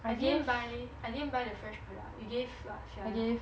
I didn't buy I didn't buy the fresh product you gave what fiona